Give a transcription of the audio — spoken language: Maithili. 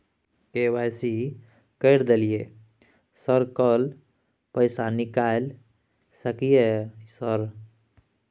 के.वाई.सी कर दलियै सर कल पैसा निकाल सकलियै सर?